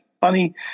funny